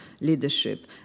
leadership